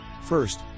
First